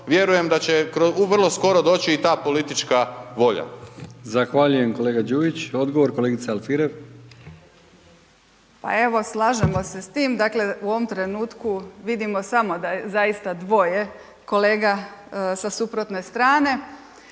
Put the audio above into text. vjerujem da će u vrlo skoro doći i ta politička volja. **Brkić, Milijan (HDZ)** Zahvaljujem kolega Đujić, odgovor kolegica Alfirev. **Alfirev, Marija (SDP)** Pa evo slažemo se s tim, dakle u ovom trenutku vidimo samo da je zaista dvoje kolega sa suprotne strane,